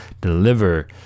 deliver